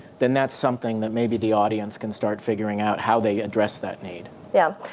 then that's something that maybe the audience can start figuring out how they address that need. yeah.